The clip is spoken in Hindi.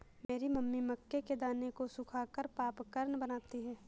मेरी मम्मी मक्के के दानों को सुखाकर पॉपकॉर्न बनाती हैं